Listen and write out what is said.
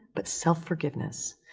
but self forgiveness.